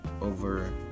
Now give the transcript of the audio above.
over